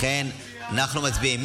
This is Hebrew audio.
לכן אנחנו מצביעים.